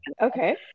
Okay